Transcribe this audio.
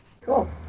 Cool